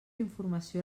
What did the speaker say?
informació